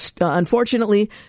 unfortunately